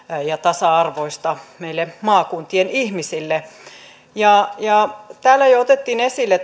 ja tasa arvoista meille maakuntien ihmisille täällä jo otettiin esille